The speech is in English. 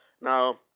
Now